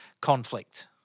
conflict